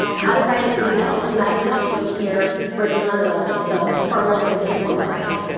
how to write an email, a message to a peer versus an adult, so formal versus informal writing.